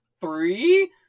Three